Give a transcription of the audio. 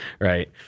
right